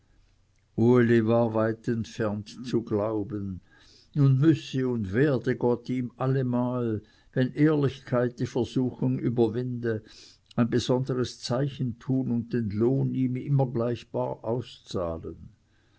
war weit entfernt zu glauben nun müsse und werde gott ihm allemal wenn ehrlichkeit die versuchung überwinde ein besonderes zeichen tun und den lohn ihm immer gleich bar auszahlen